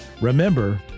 remember